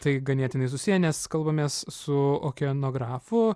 tai ganėtinai susiję nes kalbamės su okeanografu